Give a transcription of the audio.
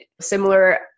similar